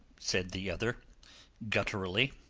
said the other gutturally,